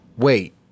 wait